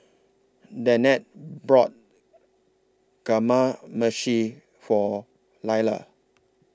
Danette brought Kamameshi For Lailah